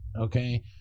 okay